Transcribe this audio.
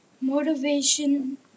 Motivation